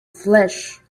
flesh